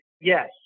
Yes